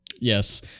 Yes